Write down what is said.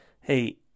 Hey